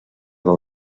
del